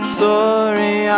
sorry